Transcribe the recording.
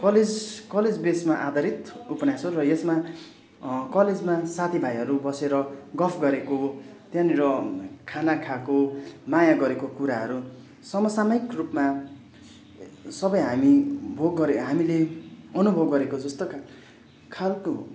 college college बेसमा आधारित उपन्यास हो र यसमा कलेजमा साथीभाइहरू बसेर गफ गरेको त्यहाँनिर खाना खाएको माया गरेको कुराहरू समसामायिक रूपमा सबै हामी भोग गरे हामीले अनुभव गरेको जस्तो खाले